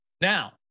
Now